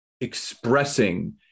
expressing